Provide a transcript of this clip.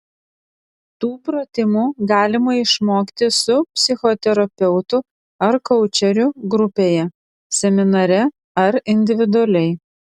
tų pratimų galima išmokti su psichoterapeutu ar koučeriu grupėje seminare ar individualiai